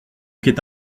qu’est